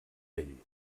ell